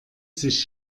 sich